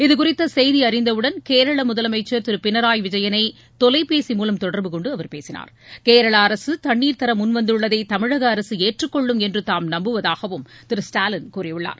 இதுகுறித்த செய்தி அறிந்தவுடன் கேரள முதலமைச்சர் திரு பினராய் விஜயனை தொலைபேசி மூலம் தொடர்பு கொண்டு அவர் பேசினார் கேரள அரசு தண்ணீர் தர முன்வந்துள்ளதை தமிழக அரசு ஏற்றுக்கொள்ளும் என்று தாம் நம்புவதாகவும் திரு ஸ்டாலின் கூறியுள்ளார்